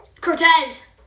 Cortez